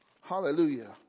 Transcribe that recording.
Hallelujah